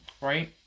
right